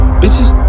bitches